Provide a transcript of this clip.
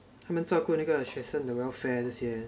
他们做过那个学生的 welfare 这些